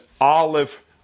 olive